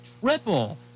triple